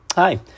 Hi